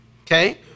Okay